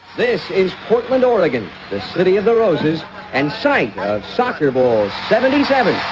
this is portland, oregon. the city of the roses and site soccer balls seventy seven